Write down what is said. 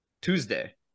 Tuesday